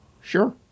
Sure